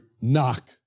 knock